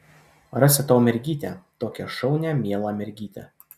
rasiu tau mergytę tokią šaunią mielą mergytę